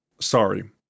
sorry